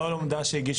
לא הלומדה שהגיש